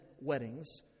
weddings